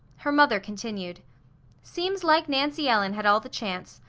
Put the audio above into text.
her mother continued seems like nancy ellen had all the chance.